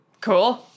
Cool